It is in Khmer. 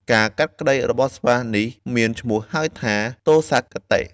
ការកាត់ក្ដីរបស់ស្វានេះ មានឈ្មោះហៅថា ទោសាគតិ។